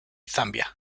zambia